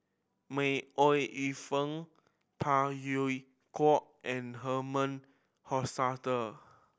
May Ooi Yu Fen Phey Yew Kok and Herman Hochstadt